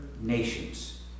nations